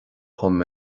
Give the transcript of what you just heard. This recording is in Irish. dom